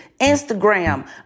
Instagram